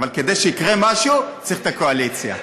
אבל כדי שיקרה משהו צריך את הקואליציה.